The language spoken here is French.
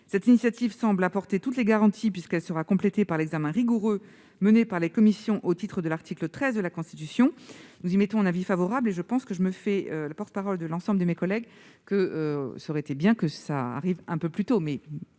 Cette initiative semble apporter toutes les garanties, puisqu'elle sera complétée par l'examen rigoureux mené par les commissions au titre de l'article 13 de la Constitution. Nous émettons donc un avis favorable et j'ai le sentiment de me faire le porte-parole de l'ensemble de mes collègues en indiquant qu'il aurait été bienvenu qu'une telle évolution